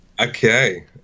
Okay